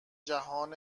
جهان